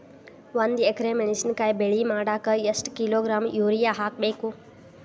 ಒಂದ್ ಎಕರೆ ಮೆಣಸಿನಕಾಯಿ ಬೆಳಿ ಮಾಡಾಕ ಎಷ್ಟ ಕಿಲೋಗ್ರಾಂ ಯೂರಿಯಾ ಹಾಕ್ಬೇಕು?